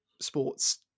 sports